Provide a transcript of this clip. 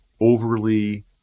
overly